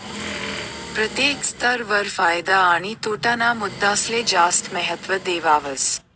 प्रत्येक स्तर वर फायदा आणि तोटा ना मुद्दासले जास्त महत्व देवावस